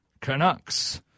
Canucks